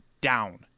down